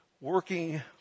working